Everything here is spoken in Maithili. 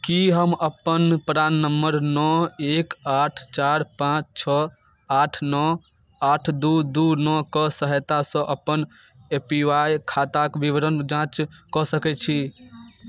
की हम अपन प्राण नम्बर नओ एक आठ चारि पाँच छओ आठ नओ आठ दू दू नओके सहायतासँ अपन ए पी वाय खाताक विवरणक जाँच कऽ सकैत छी